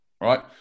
right